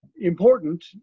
important